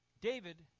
David